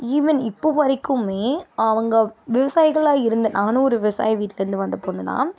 even இப்போது வரைக்கும் அவங்க விவசாயிகளாக இருந்த நானும் ஒரு விவசாய வீட்லேருந்து வந்த ஒரு பொண்ணுதான்